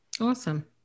Awesome